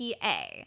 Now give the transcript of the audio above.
PA